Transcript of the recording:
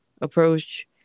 approach